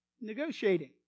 Negotiating